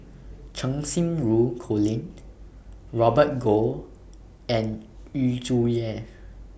Cheng Xinru Colin Robert Goh and Yu Zhuye